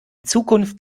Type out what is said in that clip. zukunft